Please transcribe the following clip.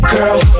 Girl